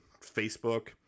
Facebook